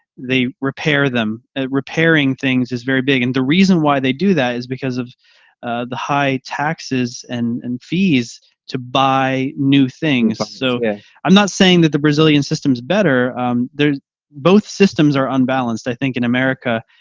they repair them repairing things is very big. and the reason why they do that is because of the high taxes and and fees to buy new things. so i'm not saying that the brazilian systems better they're both systems are unbalanced. i think in america,